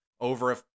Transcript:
over